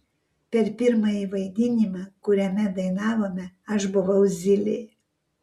per pirmąjį vaidinimą kuriame dainavome aš buvau zylė